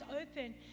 open